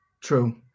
true